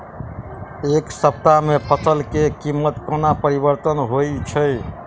एक सप्ताह मे फसल केँ कीमत कोना परिवर्तन होइ छै?